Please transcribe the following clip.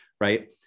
Right